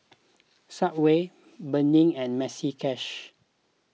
Subway Burnie and Maxi Cash